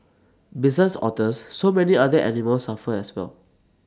besides otters so many other animals suffer as well